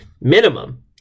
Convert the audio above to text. minimum